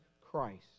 Christ